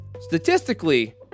Statistically